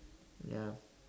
ya